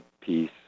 peace